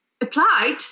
applied